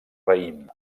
raïm